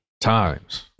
times